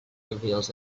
reveals